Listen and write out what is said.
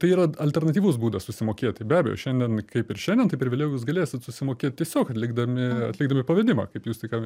tai yra alternatyvus būdas susimokėti be abejo šiandien kaip ir šiandien taip ir vėliau jūs galėsit susimokėt tiesiog atlikdami atlikdami pavedimą kaip jūs tik ką